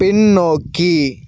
பின்னோக்கி